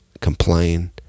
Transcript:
complain